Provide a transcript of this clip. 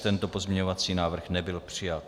Tento pozměňovací návrh nebyl přijat.